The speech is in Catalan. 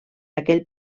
aquell